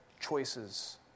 choices